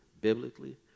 biblically